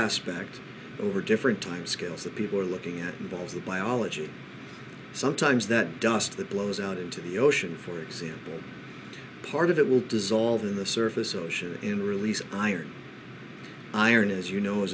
aspect over different time scales that people are looking at in both the biology sometimes that dust that blows out into the ocean for example part of it will dissolve in the surface ocean in release iron iron is you know as